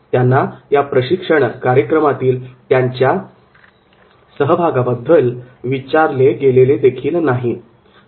त्यांना या प्रशिक्षण कार्यक्रमातील त्यांच्या सहभागाबद्दल विचारले देखील गेले नाही